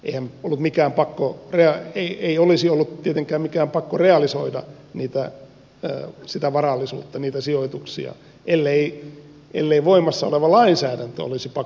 en ollut mikään pakko lyä ei ei olisi ollut tietenkään mikään pakko realisoida sitä varallisuutta niitä sijoituksia ellei voimassa oleva lainsäädäntö olisi pakottanut siihen